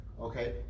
okay